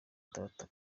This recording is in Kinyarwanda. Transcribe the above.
data